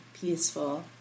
peaceful